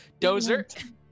Dozer